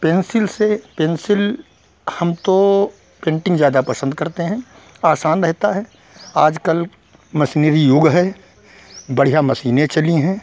pencil से pencil हम तो पेन्टिन्ग ज़्यादा पसन्द करते हैं आसान रहता है आजकल मशीनरी युग है बढ़ियाँ मशीनें चली हैं